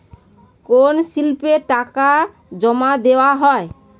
কোন স্লিপে টাকা জমাদেওয়া হয়?